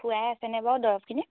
খুৱাই আছেনে বাৰু দৰৱখিনি